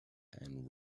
and